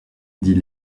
dit